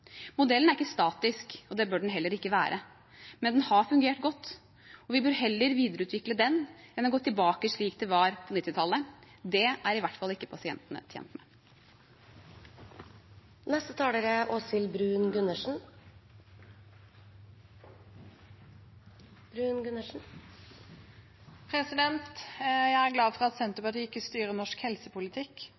Modellen er ikke statisk, og det bør den heller ikke være. Men den har fungert godt. Vi bør heller videreutvikle den enn å gå tilbake til slik det var på 1990-tallet. Det er i hvert fall ikke pasientene tjent med. Jeg er glad for at Senterpartiet ikke styrer norsk helsepolitikk.